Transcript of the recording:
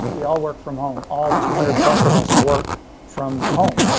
we all work from home. all two hundred plus of us work from home,